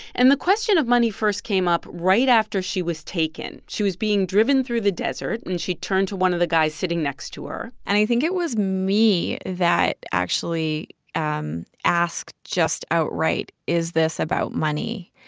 and the question of money first came up right after she was taken. she was being driven through the desert. and she turned to one of the guys sitting next to her and i think it was me that actually um asked just outright, is this about money?